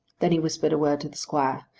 then he whispered a word to the squire.